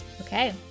Okay